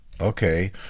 Okay